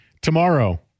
Tomorrow